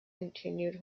continued